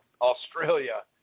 Australia